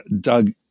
doug